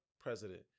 president